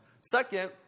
Second